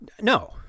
No